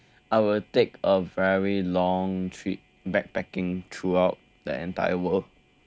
I will take a very long trip backpacking throughout the entire world